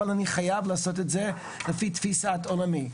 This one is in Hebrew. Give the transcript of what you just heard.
אבל אני חייב לעשות את זה לפי תפיסת עולמי.